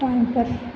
time पर